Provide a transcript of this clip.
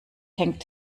hängt